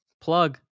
plug